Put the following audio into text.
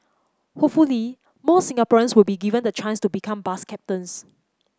hopefully more Singaporeans will be given the chance to become bus captains